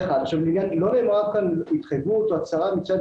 לא נאמרה כאן התחייבות או הצהרה מצד